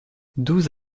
douze